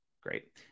Great